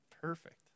perfect